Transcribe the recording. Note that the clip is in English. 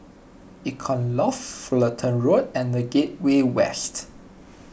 Icon Loft Fullerton Road and the Gateway West